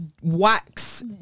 wax